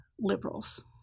liberals